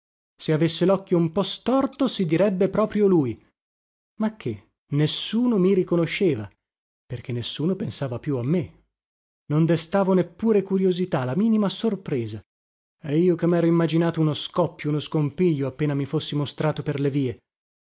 se avesse locchio un po storto si direbbe proprio lui ma che nessuno mi riconosceva perché nessuno pensava più a me non destavo neppure curiosità la minima sorpresa e io che mero immaginato uno scoppio uno scompiglio appena mi fossi mostrato per le vie